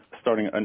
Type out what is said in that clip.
starting